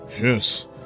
Yes